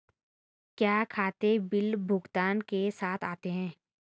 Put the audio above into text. क्या खाते बिल भुगतान के साथ आते हैं?